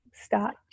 start